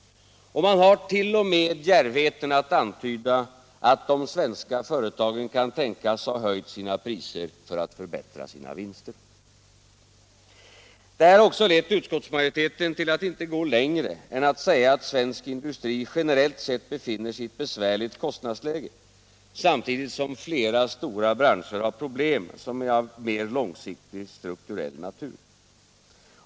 Och man har t.o.m. djärvheten att antyda att de svenska företagen kan tänkas ha höjt sina priser för att förbättra sina vinster. Det här har också lett utskottsmajoriteten till att inte gå längre än att säga att ”svensk industri generellt sett befinner sig i ett besvärligt kostnadsläge, samtidigt som flera stora branscher har problem som är av mer långsiktig, strukturell natur”.